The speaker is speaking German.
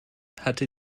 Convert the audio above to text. hatte